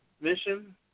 mission